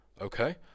Okay